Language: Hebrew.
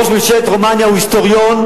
ראש ממשלת רומניה הוא היסטוריון,